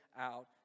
out